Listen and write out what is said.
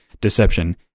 deception